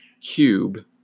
cube